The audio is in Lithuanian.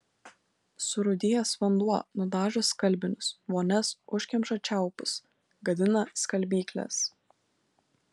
surūdijęs vanduo nudažo skalbinius vonias užkemša čiaupus gadina skalbykles